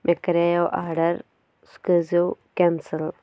مےٚ کَرے یو آرڈَر سُہ کٔرۍ زیٚو کیٚنسَل